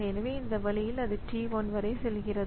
எனவே அந்த வழியில் அது டி 1 வரை செல்கிறது